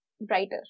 brighter